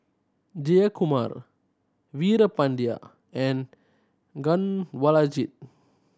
Jayakumar Veerapandiya and Kanwaljit